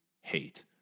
hate